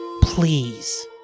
please